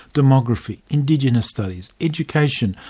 demography, indigenous studies, education,